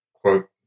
quote